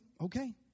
Okay